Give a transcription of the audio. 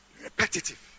Repetitive